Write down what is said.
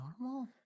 normal